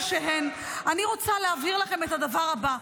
אני רוצה להעביר לכם את הדבר הבא.